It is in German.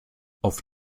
auf